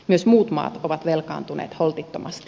myös muut maat ovat velkaantuneet holtittomasti